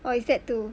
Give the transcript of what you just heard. or is that two